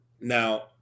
Now